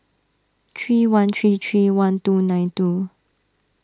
three one three three one two nine two